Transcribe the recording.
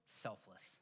selfless